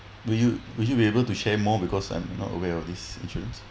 will you will you be able to share more because I'm not aware of this insurance